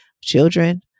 children